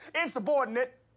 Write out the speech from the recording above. Insubordinate